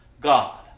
God